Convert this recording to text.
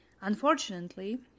Unfortunately